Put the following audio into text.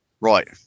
right